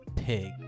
Pig